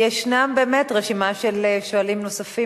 ישנה באמת רשימה של שואלים נוספים